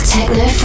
Techno